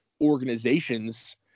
organizations